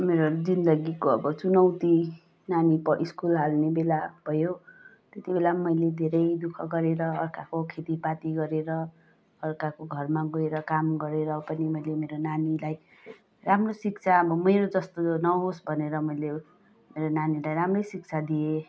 मेरो जिन्दगीको चुनौती नानी स्कुल हाल्ने बेला भयो त्यतिबेला पनि मैले धेरै दुःख गरेर अर्काको खेतीपाती गरेर अर्काको घरमा गएर काम गरेर पनि मैले मेरो नानीलाई राम्रो शिक्षा अब मेरो जस्तो नहोस् भनेर मैले मेरो नानीलाई राम्रै शिक्षा दिएँ